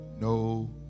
No